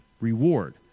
reward